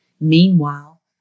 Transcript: Meanwhile